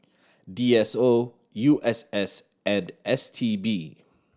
D S O U S S and S T B